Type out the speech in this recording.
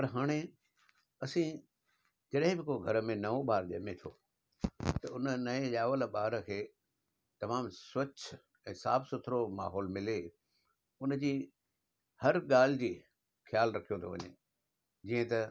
पर हाणे असीं जॾहिं बि को घर में नओं ॿारु ॼंहिंमें थो त उन नएं ॼावल ॿारु खे तमामु स्वच्छ ऐं साफ़ु सुथिरो माहौल मिले उन जी हर ॻाल्हि जी ख़्यालु रखियो थो वञे जीअं त